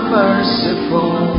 merciful